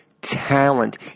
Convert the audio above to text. talent